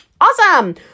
Awesome